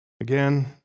Again